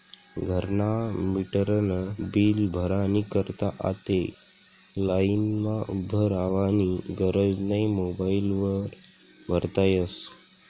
घरना मीटरनं बील भरानी करता आते लाईनमा उभं रावानी गरज नै मोबाईल वर भरता यस